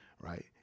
right